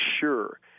sure